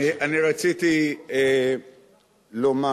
אני רציתי לומר,